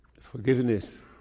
Forgiveness